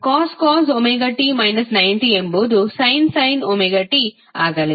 ಅಂತೆಯೇ cos ωt 90ಎಂಬುದು sin ωt ಆಗಲಿದೆ